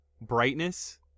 brightness